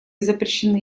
запрещены